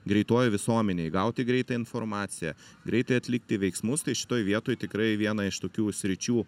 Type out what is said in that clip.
greitoj visuomenėj gauti greitą informaciją greitai atlikti veiksmus tai šitoj vietoj tikrai viena iš tokių sričių